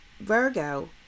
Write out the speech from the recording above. Virgo